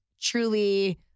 truly